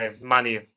money